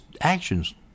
actions